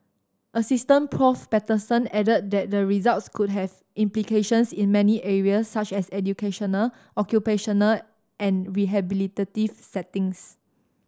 Asstistant Prof Patterson added that the results could have implications in many areas such as educational occupational and rehabilitative settings